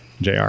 jr